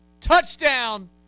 Touchdown